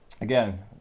again